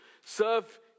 serve